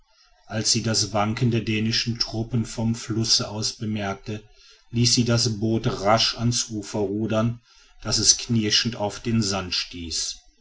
als sie das wanken der dänischen truppen vom fluß aus bemerkte ließ sie das boot rasch ans ufer rudern daß es knirschend auf den sand stieß